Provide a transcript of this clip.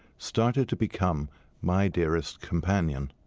started to become my dearest companion.